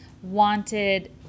wanted